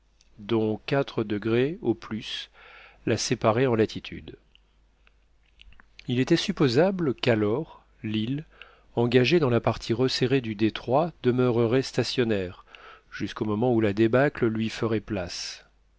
dont quatre degrés au plus la séparaient en latitude il était supposable qu'alors l'île engagée dans la partie resserrée du détroit demeurerait stationnaire jusqu'au moment où la débâcle lui ferait place